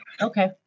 Okay